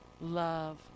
love